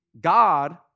God